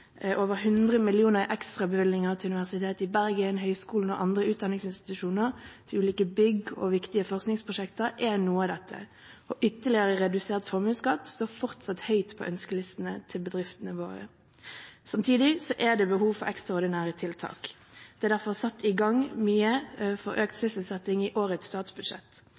over 100 mill. kr i ekstrabevilgninger til Universitetet i Bergen, Høgskolen og andre utdanningsinstitusjoner, til ulike bygg og viktige forskningsprosjekter, er noe av dette. Og ytterligere redusert formuesskatt står fortsatt høyt på ønskelistene til bedriftene våre. Samtidig er det behov for ekstraordinære tiltak. Det er derfor satt i gang mye for økt sysselsetting i årets statsbudsjett,